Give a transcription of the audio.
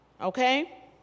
okay